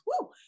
Woo